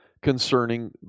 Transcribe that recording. concerning